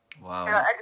wow